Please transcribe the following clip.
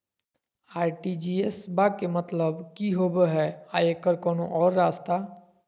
RTGS बा के मतलब कि होबे हय आ एकर कोनो और रस्ता?